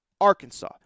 Arkansas